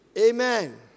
Amen